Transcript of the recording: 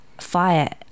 fire